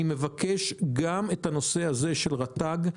אני מבקש לפעול גם בנושא של רט"ג.